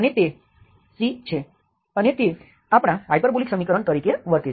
અને તે c છે અને તે આપણા હાઇપરબોલિક સમીકરણ તરીકે વર્તે છે